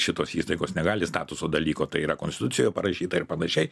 šitos įstaigos negali statuso dalyko tai yra konstitucijoj parašyta ir panašiai